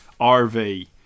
RV